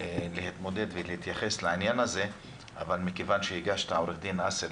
להתמודד ולהתייחס לעניין הזה אבל עורך דין אסל,